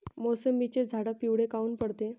मोसंबीचे झाडं पिवळे काऊन पडते?